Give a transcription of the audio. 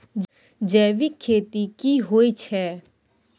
जैविक खेती की होए छै?